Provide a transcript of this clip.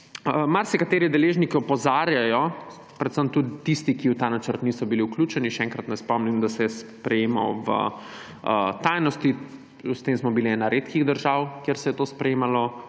Marsikateri deležniki opozarjajo, predvsem tudi tisti, ki v ta načrt niso bili vključeni ‒ še enkrat naj spomnim, da se je sprejemal v tajnosti, s tem smo bili ena redkih držav, kjer se je to sprejemalo